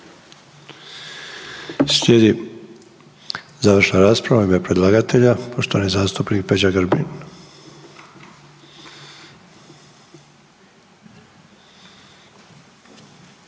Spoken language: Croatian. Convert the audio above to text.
Slijedi završna rasprava u ime predlagatelja. Poštovani zastupnik Peđa Grbin.